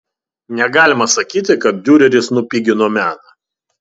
negalima sakyti kad diureris nupigino meną